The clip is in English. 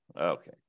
Okay